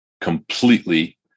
completely